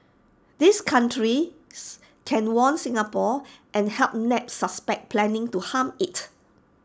these countries can warn Singapore and help nab suspects planning to harm IT